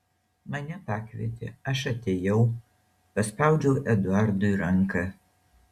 mane pakvietė aš atėjau paspaudžiau eduardui ranką